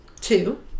Two